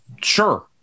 sure